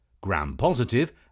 Gram-positive